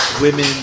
Women